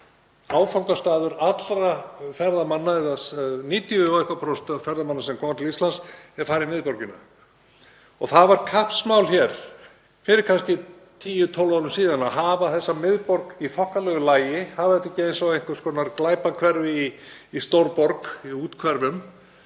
Áfangastaður allra ferðamanna, eða 90 og eitthvað prósent ferðamanna sem koma til Íslands fara í miðborgina. Það var kappsmál hér fyrir kannski tíu, tólf árum síðan að hafa þessa miðborg í þokkalegu lagi, hafa þetta ekki eins og einhvers konar glæpahverfi í stórborg í úthverfum,